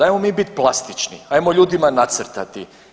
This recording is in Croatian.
Ajmo mi bit plastični, ajmo ljudima nacrtati.